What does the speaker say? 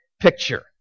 picture